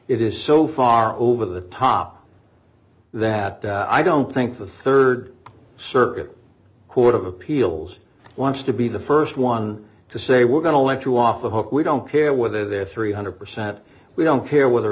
it is so far over the top that i don't think the rd circuit court of appeals wants to be the st one to say we're going to let you off the hook we don't care whether they're three hundred percent we don't care whether